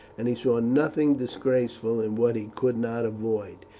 and he saw nothing disgraceful in what he could not avoid.